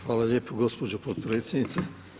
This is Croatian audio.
Hvala lijepo gospođo potpredsjednice.